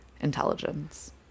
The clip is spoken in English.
intelligence